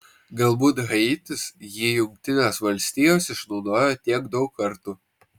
galbūt haitis jį jungtinės valstijos išnaudojo tiek daug kartų